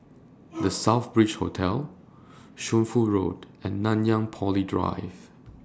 The Southbridge Hotel Shunfu Road and Nanyang Poly Drive